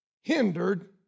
hindered